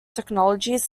technologies